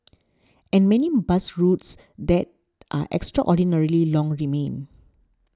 and many bus routes that are extraordinarily long remain